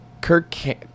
Kirk